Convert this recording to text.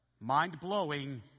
mind-blowing